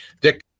Dick